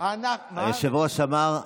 אנחנו חייבים לדעת, היושב-ראש אמר,